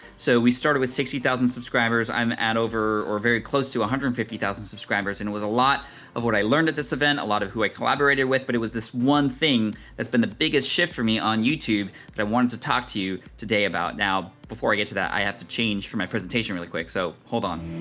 so we started with sixty thousand subscribers, i'm at over or very close to one ah hundred and fifty thousand subscribers and it was a lot of what i learned at this event, a lot of who i collaborated with, but it was this one thing that's been the biggest shift for me on youtube that i wanted to talk to you today about. about. now, before i get to that, i have to change for my presentation really quick so hold on.